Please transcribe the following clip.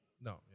No